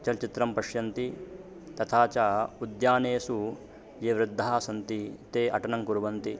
चलचित्रं पश्यन्ति तथा च उद्यानेषु ये वृद्धाः सन्ति ते अटनं कुर्वन्ति